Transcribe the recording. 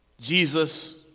Jesus